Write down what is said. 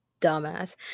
dumbass